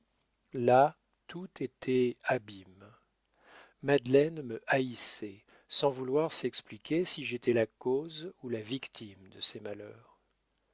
là tout était abîme madeleine me haïssait sans vouloir s'expliquer si j'étais la cause ou la victime de ces malheurs